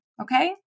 Okay